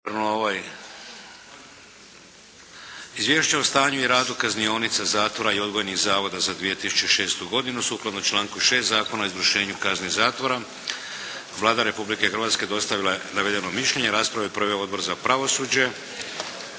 Izvješće o stanju i radu kaznionica, zatvora i odgojnih zavoda za 2006. godinu. Sukladno članku 6. Zakona o izvršenju kazni zatvora Vlada Republike Hrvatske dostavila je navedeno mišljenje. Raspravu je proveo Odbor za pravosuđe.